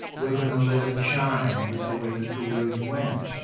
we're gonna let it shine, was the way that the words went.